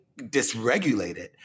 dysregulated